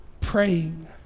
praying